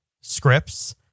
scripts